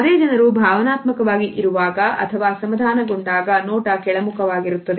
ಅದೇ ಜನರು ಭಾವನಾತ್ಮಕವಾಗಿ ಇರುವಾಗ ಅಥವಾ ಅಸಮಾಧಾನಗೊಂಡ ನೋಟ ಕೆಳಮುಖವಾಗಿರುತ್ತದೆ